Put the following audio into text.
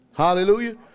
Hallelujah